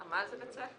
זה בית ספר